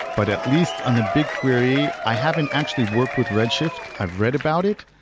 but at least on the bigquery i haven't actually worked with redshift. i've read about it.